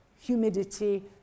humidity